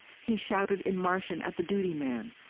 he shouted in martian at the duty man,